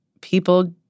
people